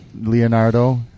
Leonardo